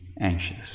anxious